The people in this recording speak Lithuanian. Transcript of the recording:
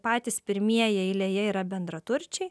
patys pirmieji eilėje yra bendraturčiai